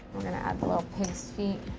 we're going to add little pig's feet.